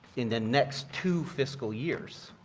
in the next two fiscal years.